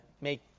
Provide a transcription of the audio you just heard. make